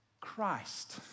Christ